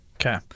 Okay